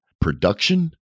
production